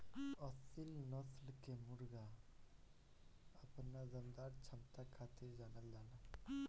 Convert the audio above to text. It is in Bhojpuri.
असील नस्ल के मुर्गा अपना दमदार क्षमता खातिर जानल जाला